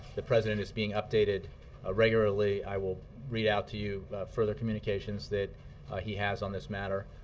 the president is being updated ah regularly. i will read out to you further communications that he has on this matter.